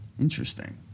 Interesting